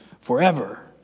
forever